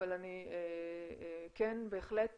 אבל אני כן בהחלט